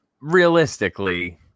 realistically